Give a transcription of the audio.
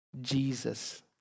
Jesus